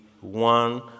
one